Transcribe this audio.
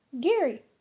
Gary